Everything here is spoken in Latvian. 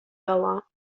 galā